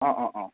অ' অ' অ'